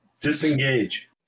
Disengage